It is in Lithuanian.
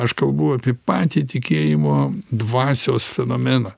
aš kalbu apie patį tikėjimo dvasios fenomeną